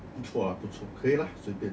不错不错可以啦随便:bu cuo bu cuo ke yi lah sui bian